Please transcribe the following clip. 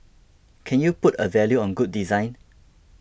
can you put a value on good design